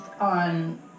on